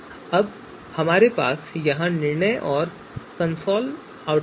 अब हमारे पास यहां निर्णय मैट्रिक्स और कंसोल आउटपुट है